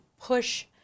push